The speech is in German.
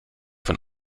von